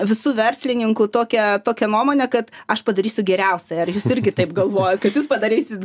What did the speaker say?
visų verslininkų tokia tokia nuomonė kad aš padarysiu geriausia ar jūs irgi taip galvojat kad jūs padarysit